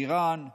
את איראן ועוד,